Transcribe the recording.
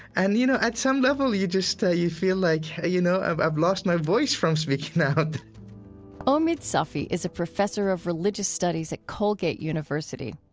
and you know, at some level you just ah you feel like, you know, i've lost my voice from speaking out omid safi is a professor of religious studies at colgate university.